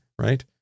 right